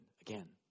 again